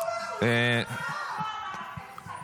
איזו סרבנות?